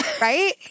right